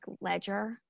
ledger